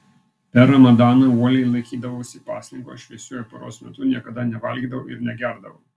per ramadaną uoliai laikydavausi pasninko šviesiuoju paros metu niekada nevalgydavau ir negerdavau